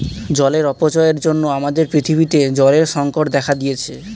জলের অপচয়ের জন্য আমাদের পৃথিবীতে জলের সংকট দেখা দিয়েছে